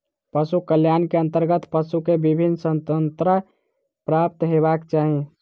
पशु कल्याण के अंतर्गत पशु के विभिन्न स्वतंत्रता प्राप्त हेबाक चाही